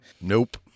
Nope